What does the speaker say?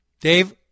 Dave